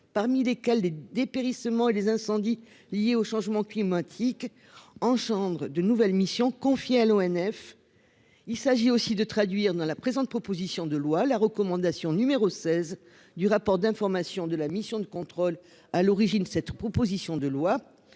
parmi lesquels des dépérissements et les incendies liés au changement climatique en chambre d'une nouvelle mission confiée à l'ONF. Il s'agit aussi de traduire dans la présente, proposition de loi la recommandation numéro 16 du rapport d'information de la mission de contrôle à l'origine de cette proposition de loi.